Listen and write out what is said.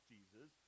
Jesus